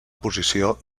posició